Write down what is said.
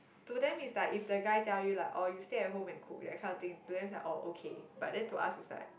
to them is like if the guy tell you like oh you stay at home and cook that kind of thing to them is like oh okay but then to us is like